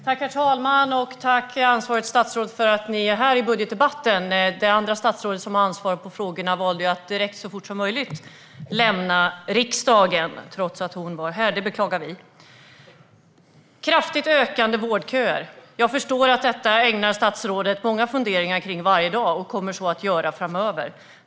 Herr talman! Jag tackar ansvarigt statsråd för att ni är här vid budgetdebatten. Det andra statsrådet med ansvar för frågorna har varit här, men valde att så fort som möjligt lämna riksdagen. Det beklagar vi. Vårdköerna ökar kraftigt. Jag förstår att statsrådet ägnar många funderingar åt detta varje dag och kommer att göra det framöver.